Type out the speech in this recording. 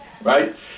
right